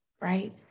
Right